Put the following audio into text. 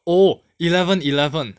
oh eleven eleven